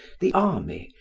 the army,